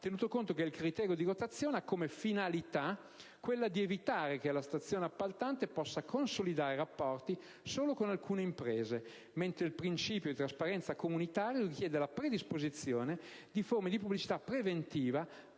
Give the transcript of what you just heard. tenuto conto che il criterio di rotazione ha come finalità quella di evitare che la stazione appaltante possa consolidare rapporti solo con alcune imprese, mentre il principio di trasparenza comunitario richiede la predisposizione di forme di pubblicità preventiva